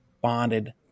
bonded